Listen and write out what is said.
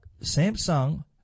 Samsung